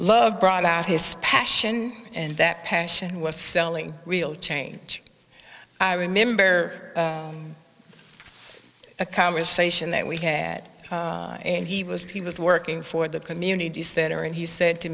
love brought out his passion and that passion was selling real change i remember a conversation that we had and he was he was working for the community center and he said to